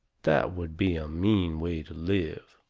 that would be a mean way to live.